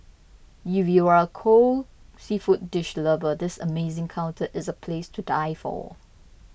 if you are a cold seafood dish lover this amazing counter is a place to die for